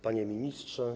Panie Ministrze!